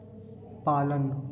पालन